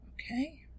okay